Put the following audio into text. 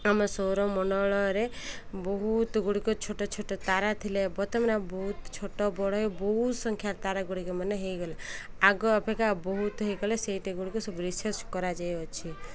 ଆମ ସୌରମଣ୍ଡଳରେ ବହୁତ ଗୁଡ଼ିକ ଛୋଟ ଛୋଟ ତାରା ଥିଲେ ବର୍ତ୍ତମାନ ଆ ବହୁତ ଛୋଟ ବଡ଼ ବହୁତ ସଂଖ୍ୟ୍ୟା ତାରାଗୁଡ଼ିକ ମାନେ ହୋଇଗଲେ ଆଗ ଅପେକ୍ଷା ବହୁତ ହୋଇଗଲେ ସେଇଟା ଗୁଡ଼ିକ ସବୁ ରିସର୍ଚ୍ଚ କରାଯାଇଅଛି